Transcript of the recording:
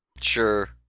Sure